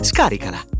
Scaricala